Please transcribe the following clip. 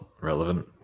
relevant